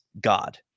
God